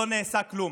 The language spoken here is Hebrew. לא נעשה כלום.